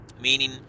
Meaning